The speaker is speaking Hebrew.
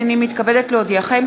הנני מתכבדת להודיעכם,